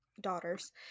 daughters